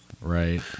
Right